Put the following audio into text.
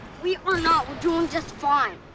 we are not! we're doing just fine.